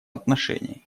отношении